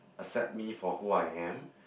accept me for who I am